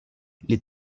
les